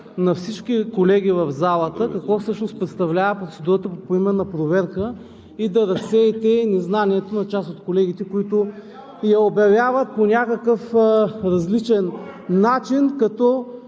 на всички колеги в залата какво всъщност представлява процедурата по поименна проверка и да разсеете незнанието на част от колегите, които я обявяват по някакъв различен начин, като